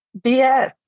BS